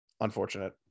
Unfortunate